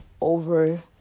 over